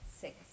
six